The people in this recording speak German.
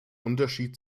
unterschied